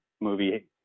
movie